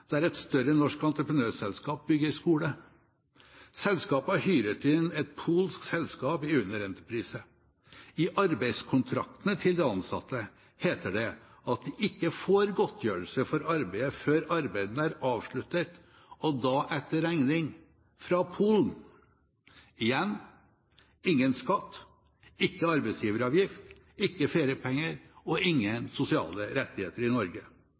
der et større norsk entreprenørselskap bygger skole. Selskapet har hyret inn et polsk selskap i underentreprise. I arbeidskontraktene til de ansatte heter det at de ikke får godtgjørelse for arbeidet før arbeidene er avsluttet, og da etter regning – fra Polen! Igjen: ingen skatt, ingen arbeidsgiveravgift, ingen feriepenger og ingen sosiale rettigheter i Norge.